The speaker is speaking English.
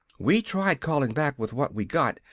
we tried callin' back with what we got,